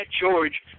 George